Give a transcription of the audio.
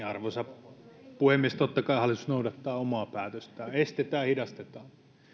arvoisa puhemies totta kai hallitus noudattaa omaa päätöstään estetään ja hidastetaan